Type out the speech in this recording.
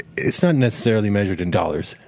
it's not necessarily measured in dollars.